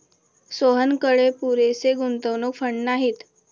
सोहनकडे पुरेसे गुंतवणूक फंड नाहीत